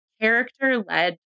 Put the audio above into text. character-led